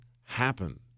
happen